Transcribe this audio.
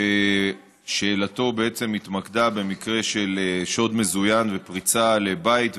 שאלתו התמקדה במקרה של שוד מזוין ופריצה לבית,